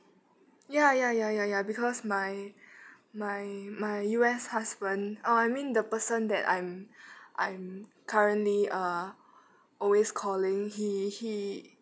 ya ya ya ya ya because my my my U_S husband oh I mean the person that I'm I'm currently uh always calling he he